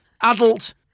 adult